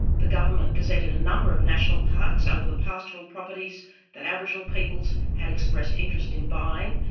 the government gazetted a number of national parks over the pastoral properties that aboriginal peoples had expressed interest in buying,